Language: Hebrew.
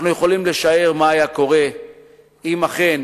אנחנו יכולים לשער מה היה קורה אם אכן